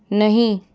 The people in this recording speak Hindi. नहीं